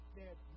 dead